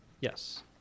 Yes